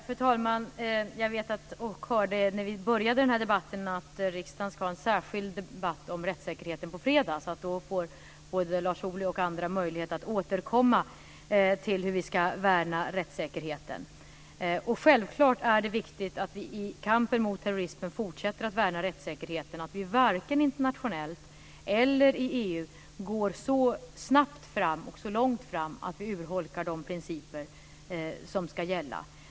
Fru talman! Jag vet att riksdagen ska ha en särskild debatt om rättssäkerheten på fredag, så då får både Lars Ohly och andra möjlighet att återkomma till hur vi ska värna rättssäkerheten. Självklart är det viktigt att vi i kampen mot terrorismen fortsätter att värna rättssäkerheten och att vi varken internationellt eller i EU går så snabbt fram eller så långt att vi urholkar de principer som ska gälla.